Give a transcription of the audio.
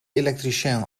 elektricien